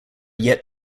yet